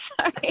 Sorry